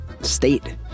state